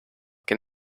can